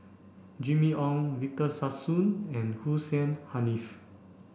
Jimmy Ong Victor Sassoon and Hussein Haniff